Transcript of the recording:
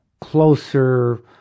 closer